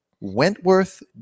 Wentworth